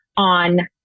on